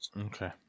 Okay